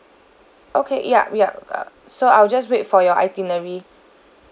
okay ya ya uh so I'll just wait for your itinerary